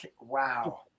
Wow